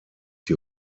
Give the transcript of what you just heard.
die